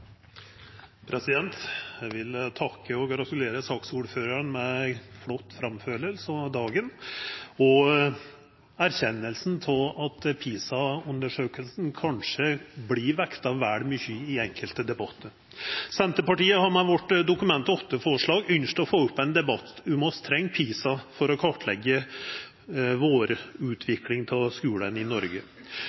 Eg vil takka og gratulera saksordføraren med ei flott framføring – og med dagen og erkjenninga av at PISA-undersøkinga kanskje vert vekta vel mykje i enkelte debattar. Senterpartiet har med dette Dokument 8-forslaget ynskt å få opp ein debatt om vi treng PISA for å kartleggja utviklinga av skulen i Noreg.